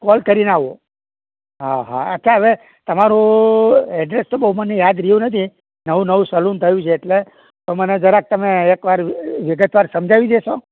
call કરીને આવું હાં હાં અચ્છા હવે તમારું એડ્રેસ તો બહુ મને યાદ રહ્યું નથી નવું નવું સલુન થયું છે એટલે તો મને જરાક તમે એકવાર વિગતવાર સમજાવી દેશો